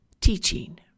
teaching